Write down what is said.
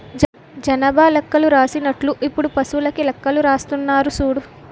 జనాభా లెక్కలు రాసినట్టు ఇప్పుడు పశువులకీ లెక్కలు రాస్తున్నారు సూడు